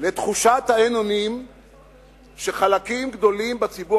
לתחושת האין-אונים שחלקים גדולים בציבור